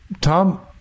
Tom